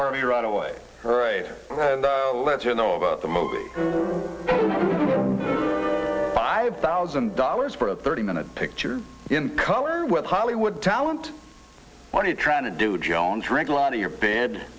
harvey right away and let you know about the movie five thousand dollars for a thirty minute picture in color with hollywood talent money trying to do joan drink a lot of your bed